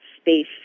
space